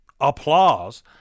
applause